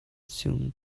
sum